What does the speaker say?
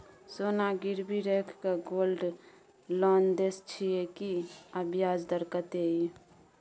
सोना गिरवी रैख के गोल्ड लोन दै छियै की, आ ब्याज दर कत्ते इ?